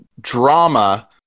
drama